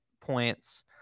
points